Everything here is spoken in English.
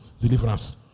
Deliverance